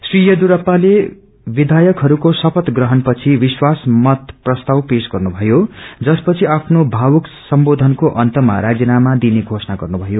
श्री यंदियुरपाले विधयकहरूको शपथ प्रहण पछि विश्वास मत प्रस्ताव पेपश गर्नु भयो जस परि आफ्नो भावुक सम्बोधनखे अन्तमा राजौनामा दिने घोषणा गर्नु ीयो